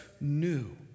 new